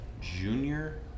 junior